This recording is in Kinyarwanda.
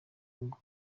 ubwo